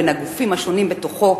בין הגופים השונים בתוכו,